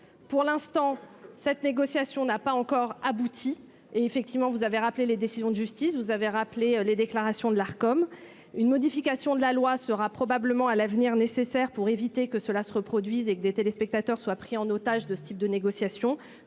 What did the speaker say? pour l'instant cette négociation n'a pas encore abouti, et effectivement, vous avez rappelé les décisions de justice, vous avez rappelé les déclarations de l'art comme une modification de la loi sera probablement à l'avenir, nécessaires pour éviter que cela se reproduise et que des téléspectateurs soit pris en otage de ce type de négociations